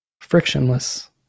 frictionless